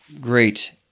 great